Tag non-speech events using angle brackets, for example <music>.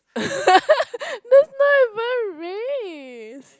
<laughs> that's not even race